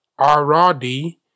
Aradi